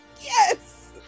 yes